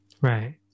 Right